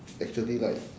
actually like